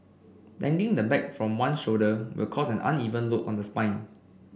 dangling the bag from one shoulder will cause an uneven load on the spine